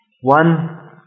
one